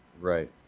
Right